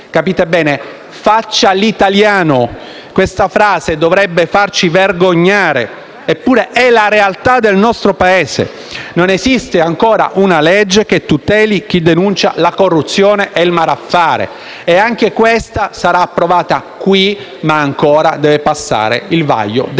Capite bene? «Faccia l'italiano»: questa frase dovrebbe farci vergognare, eppure è la realtà del nostro Paese. Non esiste ancora una legge che tuteli chi denuncia la corruzione e il malaffare. Questa legge sarà approvata in questa sede ma dovrà passare il vaglio della